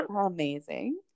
amazing